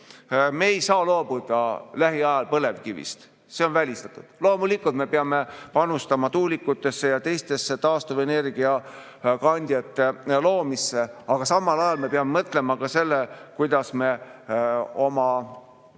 Me ei saa lähiajal loobuda põlevkivist, see on välistatud. Loomulikult me peame panustama tuulikutesse ja teistesse taastuvenergiakandjate loomisse, aga samal ajal me peame mõtlema ka sellele, kuidas me oma